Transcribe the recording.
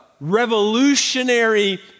revolutionary